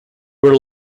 were